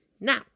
Now